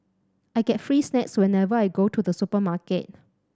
I get free snacks whenever I go to the supermarket